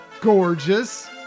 gorgeous